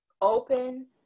open